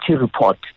report